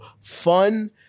fun